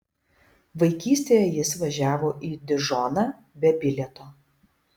vaikystėje jis važiavo į dižoną be bilieto